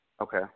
Okay